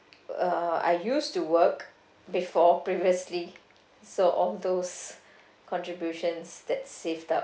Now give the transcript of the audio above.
uh I used to work before previously so all those contributions that saved up